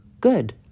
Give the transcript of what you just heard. good